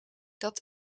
dat